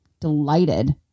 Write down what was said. delighted